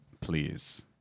please